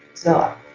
so,